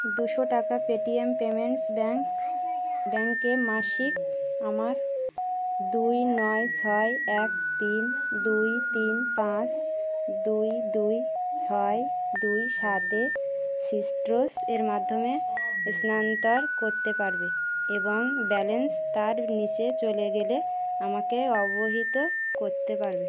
দুশো টাকা Paytm payments bank ব্যাঙ্কে মাসিক আমার দুই নয় ছয় এক তিন দুই তিন পাঁচ দুই দুই ছয় দুই সাতে সিট্রাস এর মাধ্যমে স্থানান্তর করতে পারবে এবং ব্যালেন্স তার নিচে চলে গেলে আমাকে অবহিত করতে পারবে